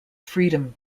freedom